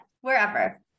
wherever